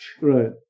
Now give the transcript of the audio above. Right